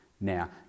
Now